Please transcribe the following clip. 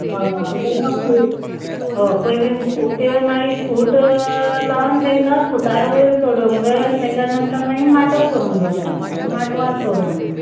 हय आनी तेंकां ते ह पयली खो त्यो मागीर खुट लावन तेंकां खुटार वयर चडोवंक जायें आनी तेज्या नंतर मागीर माटोव करूंक जावो तेंकां मागीर माटवार चडोवंक जायें